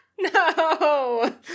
no